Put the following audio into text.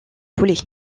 poulet